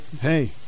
hey